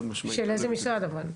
של איזה משרד אבל?